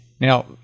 Now